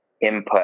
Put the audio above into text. input